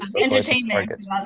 entertainment